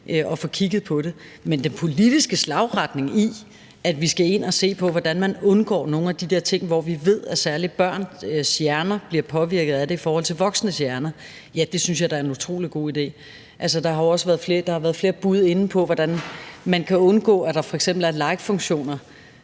og får kigget på det. Men den politiske slagretning i, at vi skal ind og se på, hvordan man undgår nogle af de der ting, hvor vi ved at særlig børns hjerner bliver påvirket af det i forhold til voksnes hjerner, synes jeg da er en utrolig god idé. Der har jo også været flere bud inde på, hvordan man kan undgå, at der f.eks. er like-funktioner,